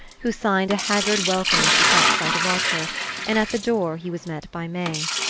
who signed a haggard welcome as she caught sight of archer and at the door he was met by may.